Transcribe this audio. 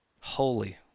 holy